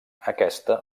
aquesta